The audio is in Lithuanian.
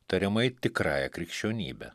tariamai tikrąja krikščionybe